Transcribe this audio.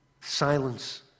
Silence